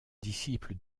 disciple